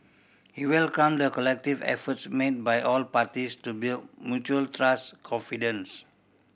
he welcomed the collective efforts made by all parties to build mutual trust confidence